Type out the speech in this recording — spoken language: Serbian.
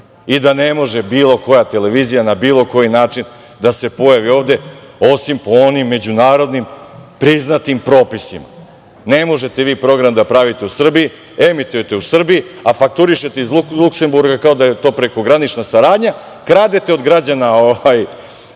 i da ne može bilo koja televizija na bilo koji način da se pojavi ovde, osim po onim međunarodno priznatim propisima. Ne možete vi program da pravite u Srbiji, emitujete u Srbiji, a fakturišete iz Luksemburga, kao da je to prekogranična saradnja, kradete od građana